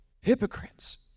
hypocrites